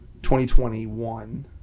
2021